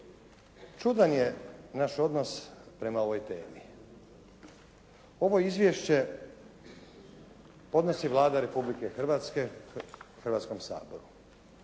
Čudan je naš odnos prema ovoj temi. Ovo izvješće podnosi Vlada Republike Hrvatske Hrvatskom saboru